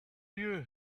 you